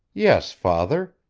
yes, father,